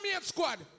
squad